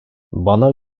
bana